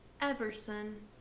Everson